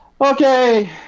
Okay